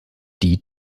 die